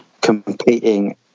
competing